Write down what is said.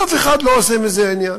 אף אחד לא עושה מזה עניין.